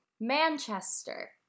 manchester